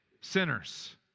sinners